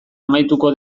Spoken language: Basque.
amaituko